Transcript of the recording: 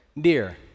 dear